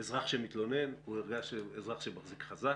אזרח שמתלונן, הוא אזרח שמרגיש חזק,